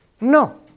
No